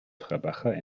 trabaja